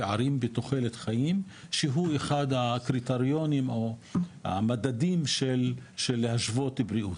פערים בתחולת החיים שהוא אחד הקריטריונים או המדדים של השוואת בריאות,